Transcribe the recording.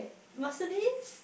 Mercedes